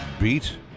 Beat